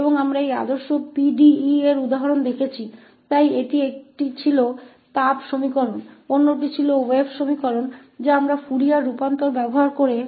और हमने उन मानक पीडीई का उदाहरण भी देखा है तो एक हीट एक्वेशन था दूसरा वेव एक्वेशन था जिसे हमने फूरियर ट्रांसफॉर्म का उपयोग करके हल किया है